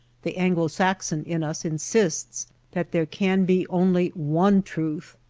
the anglo-saxon in us insists that there can be only one truth,